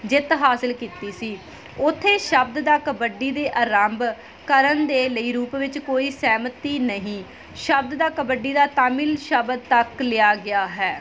ਜਿੱਤ ਹਾਸਿਲ ਕੀਤੀ ਸੀ ਉੱਥੇ ਸ਼ਬਦ ਦਾ ਕਬੱਡੀ ਦੇ ਆਰੰਭ ਕਰਨ ਦੇ ਲਈ ਰੂਪ ਵਿੱਚ ਕੋਈ ਸਹਿਮਤੀ ਨਹੀਂ ਸ਼ਬਦ ਦਾ ਕਬੱਡੀ ਦਾ ਤਾਮਿਲ ਸ਼ਬਦ ਤੱਕ ਲਿਆ ਗਿਆ ਹੈ